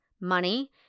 money